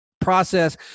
process